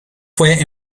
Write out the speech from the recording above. fue